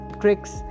tricks